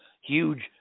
huge